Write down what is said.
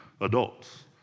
adults